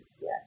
yes